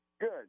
Good